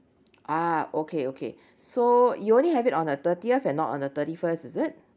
ah okay okay so you only have it on the thirtieth and not on the thirty first is it